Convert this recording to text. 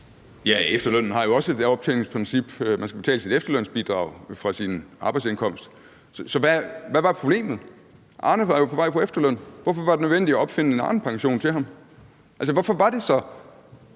Efterlønnen har jo også et optjeningsprincip – man skal betale sit efterlønsbidrag fra sin arbejdsindkomst. Så hvad var problemet? Arne var jo på vej på efterløn, hvorfor var det nødvendigt at opfinde en Arnepension til ham? Hvorfor skulle vi